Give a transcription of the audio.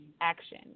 action